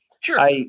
Sure